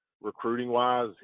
recruiting-wise